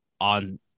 on